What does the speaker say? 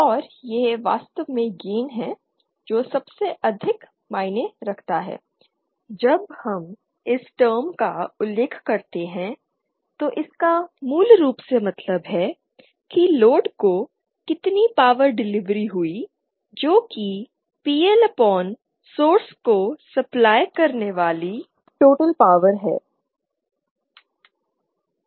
और यह वास्तव में गेन है जो सबसे अधिक मायने रखता है जब हम इस टर्म का उल्लेख करते हैं तो इसका मूल रूप से मतलब है के लोड को कितनी पावर डिलीवर हुई जो कि PL अपॉन सोर्स को सप्लाई करने वाली टोटल पावर हैं